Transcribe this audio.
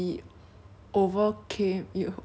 after that is quite impressive lor